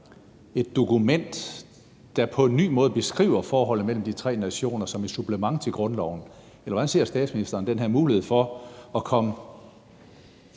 et dokument, der på en ny måde beskriver forholdet mellem de tre nationer som et supplement til grundloven? Eller hvordan ser statsministeren den her mulighed for at komme